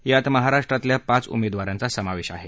यात महाराष्ट्रातल्या पाच उमेदवारांचा समावेश आहे